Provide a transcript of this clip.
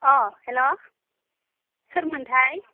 hello सोरमोनथाय